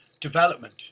development